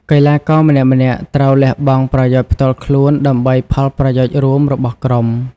កីឡាករម្នាក់ៗត្រូវលះបង់ប្រយោជន៍ផ្ទាល់ខ្លួនដើម្បីផលប្រយោជន៍រួមរបស់ក្រុម។